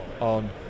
on